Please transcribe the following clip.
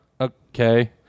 okay